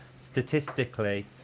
statistically